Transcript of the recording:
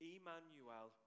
Emmanuel